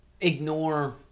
ignore